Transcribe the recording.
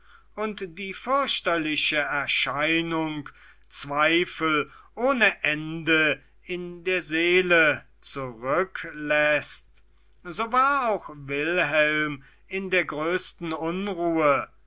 und die fürchterliche erscheinung zweifel ohne ende in der seele zurückläßt so war auch wilhelm in der größten unruhe